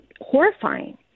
horrifying